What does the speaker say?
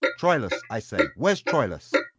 troilus, i say! where's troilus?